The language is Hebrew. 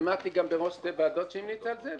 עמדתי גם בראש שתי ועדות שהמליצו על זה,